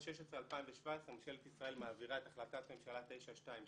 2016-2017 ממשלת ישראל מעבירה את החלטת ממשלה 922